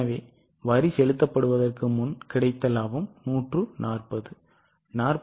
எனவே வரி செலுத்துவதற்கு முன் கிடைத்த லாபம் 140